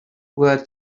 were